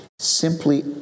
simply